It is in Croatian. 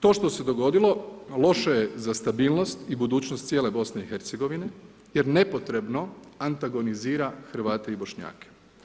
To što se dogodilo loše je za stabilnost i budućnost cijele BiH-a jer nepotrebno antagonizira Hrvate i Bošnjake.